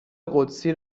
قدسی